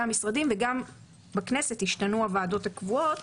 המשרדים וגם בכנסת השתנו הוועדות הקבועות